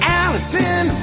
allison